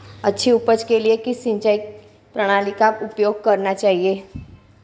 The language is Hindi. अच्छी उपज के लिए किस सिंचाई प्रणाली का उपयोग करना चाहिए?